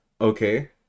Okay